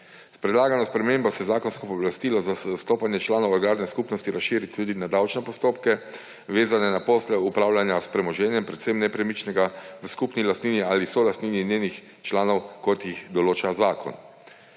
S predlagano spremembo se zakonsko pooblastilo za zastopanje članov agrarne skupnosti razširi tudi na davčne postopke, vezane na posle upravljanja s premoženjem, predvsem nepremičnim, v skupni lastnini ali solastnini njenih članov, kot jih določa zakon.